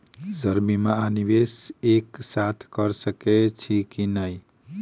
Sir बीमा आ निवेश एक साथ करऽ सकै छी की न ई?